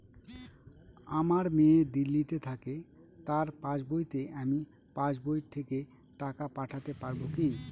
আমার মেয়ে দিল্লীতে থাকে তার পাসবইতে আমি পাসবই থেকে টাকা পাঠাতে পারব কি?